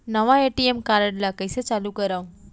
नवा ATM card ल कइसे चालू करव?